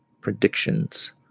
predictions